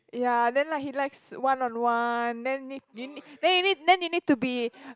ya then like he likes one on one then need you need then need then you need to be